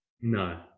No